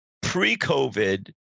pre-COVID